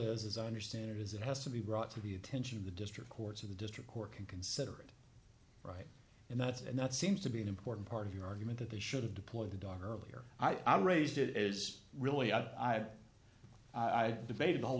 is as i understand it is it has to be brought to the attention of the district courts of the district court can consider it right and that's and that seems to be an important part of your argument that they should have deployed the dog earlier i raised it is really i've debated the whole